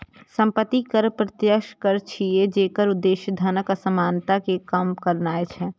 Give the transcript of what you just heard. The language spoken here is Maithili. संपत्ति कर प्रत्यक्ष कर छियै, जेकर उद्देश्य धनक असमानता कें कम करनाय छै